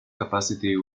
capacity